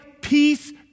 peace